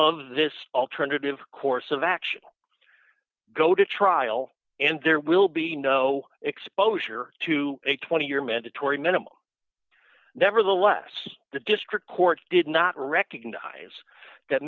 of this alternative course of action go to trial and there will be no exposure to a twenty year mandatory minimum nevertheless the district court did not recognize that